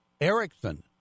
Erickson